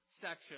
section